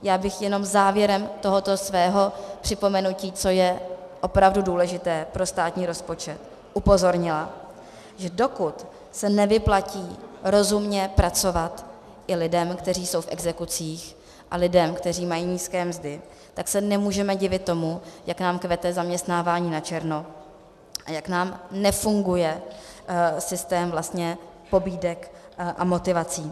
Já bych jenom závěrem tohoto svého připomenutí, co je opravdu důležité pro státní rozpočet, upozornila, že dokud se nevyplatí rozumně pracovat i lidem, kteří jsou v exekucích, a lidem, kteří mají nízké mzdy, tak se nemůžeme divit tomu, jak nám kvete zaměstnávání načerno a jak nám nefunguje systém pobídek a motivací.